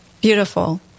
Beautiful